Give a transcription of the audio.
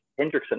Hendrickson